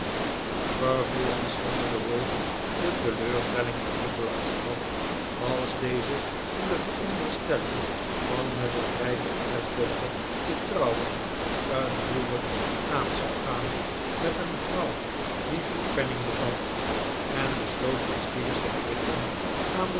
vervolgens schilderde ralph de teleurstelling van nikolaas af als deze in de veronderstelling van met een rijke erfdochter te trouwen een huwelijk aan zou gaan met een vrouw die geen penning bezat en besloot met squeers te herinneren